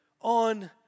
on